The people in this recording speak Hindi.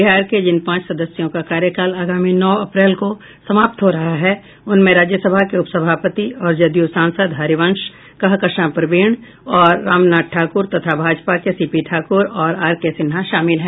बिहार के जिन पांच सदस्यों का कार्यकाल आगामी नौ अप्रैल को समाप्त हो रहा है उसमें राज्यसभा के उपसभापति और जदयू सांसद हरिवंश कहकशां प्रवीण और रामनाथ ठाकुर तथा भाजपा के सीपी ठाकुर और आर के सिन्हा शामिल हैं